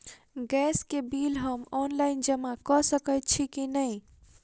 Gas केँ bill हम online जमा कऽ सकैत छी की नै?